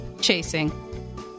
chasing